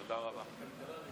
תודה רבה.